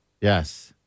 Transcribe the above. Yes